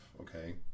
okay